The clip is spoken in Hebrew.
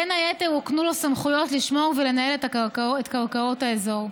בין היתר הוקנו לו סמכויות לשמור ולנהל את קרקעות האזור.